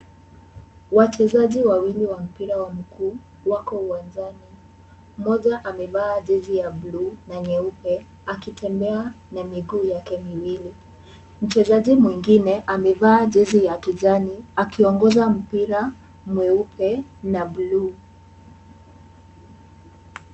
Wachezaji wawili wa mpira wa mguu wako uwanjani. Mmoja amevaa jezi ya buluu na nyeupe, akitembea na miguu yake miwili. Mchezaji mwingine amevaa jezi ya kijani, akiongoza mpira mweupe na buluu.